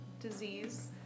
disease